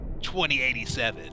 2087